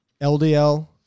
LDL